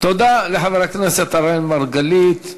תודה לחבר הכנסת אראל מרגלית.